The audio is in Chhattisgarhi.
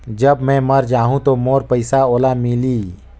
जब मै मर जाहूं तो मोर पइसा ओला मिली?